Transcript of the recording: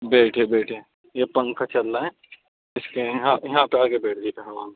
بیٹھے بیٹھے یہ پنکھا چل رہا ہے اس کے یہاں یہاں پہ آ کے بیٹھ جائیے ہوا میں